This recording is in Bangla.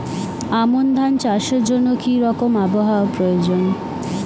আমন ধান চাষের জন্য কি রকম আবহাওয়া প্রয়োজন?